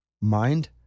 mind